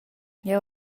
jeu